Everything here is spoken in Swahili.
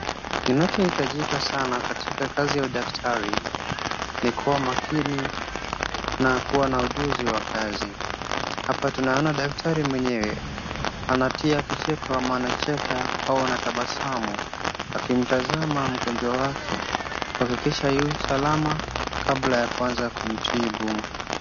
Kinachohitajika sana katika kazi ya udaktari ni kuwa makini na kuwa na ujuzi wa kazi. Hapa tunaona daktari mwenyewe anatia kicheko ama anacheka au anatabasamu. Akimtazama mgonjwa wake kuhakikisha yu salama kabla ya kuanza kumtibu.